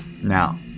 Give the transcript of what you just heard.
Now